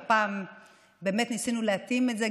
והפעם באמת ניסינו להתאים את זה.